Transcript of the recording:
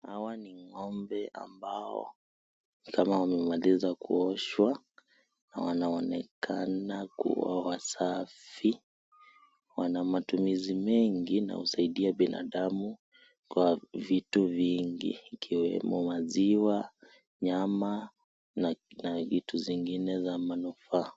Hawa ni ng'ombe ambao ni kama wamemaliza kuoshwa, na wanaonekana kuwa wasafi. Wana matumizi mengi na husaidia binadamu kwa vitu vingi ikiwemo maziwa, nyama, na vitu zingine za manufaa.